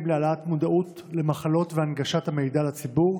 להעלאת מודעות למחלות והנגשת המידע לציבור,